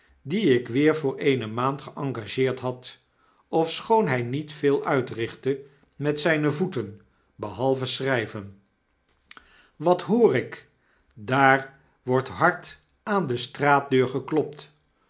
dien ik weer voor eene maandgeengageerd had ofschoon hy niet veel uitrichtte met zyne voeten behalve schryven wat hoor ik daar wordt hard aan de straatdeur geklopt